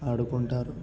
ఆడుకుంటారు